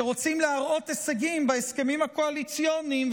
שרוצים להראות הישגים בהסכמים הקואליציוניים,